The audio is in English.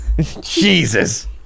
Jesus